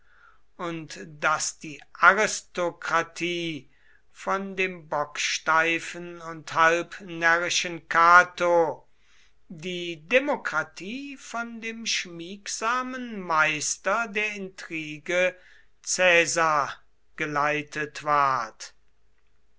und daß die aristokratie von dem bocksteifen und halb närrischen cato die demokratie von dem schmiegsamen meister der intrige caesar geleitet ward